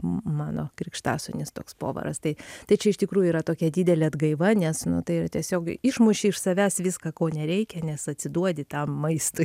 m mano krikštasūnis toks povaras tai tai čia iš tikrųjų yra tokia didelė atgaiva nes nu tai yra tiesiog išmuši iš savęs viską ko nereikia nes atsiduodi tam maistui